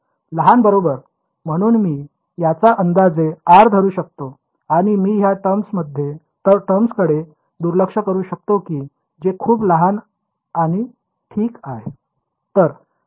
लहान बरोबर म्हणून मी याचा अंदाजे R धरू शकतो आणि मी या टर्मकडे दुर्लक्ष करू शकतो जे खूप लहान आणि ठीक आहे